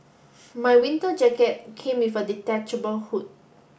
my winter jacket came with a detachable hood